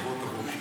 תבוא, תבוא.